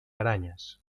arañas